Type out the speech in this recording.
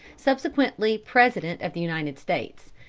subsequently president of the united states.